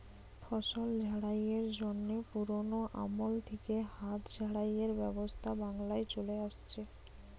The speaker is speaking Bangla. ফসল ঝাড়াইয়ের জন্যে পুরোনো আমল থিকে হাত ঝাড়াইয়ের ব্যবস্থা বাংলায় চলে আসছে